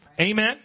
Amen